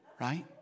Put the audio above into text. right